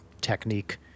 technique